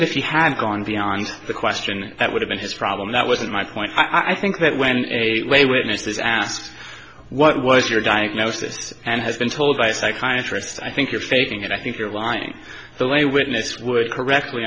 that if he had gone beyond the question that would have been his problem that was my point i think that when in a way witnesses asked what was your diagnosis and has been told by psychiatrists i think you're faking it i think you're lying the lay witness would correctly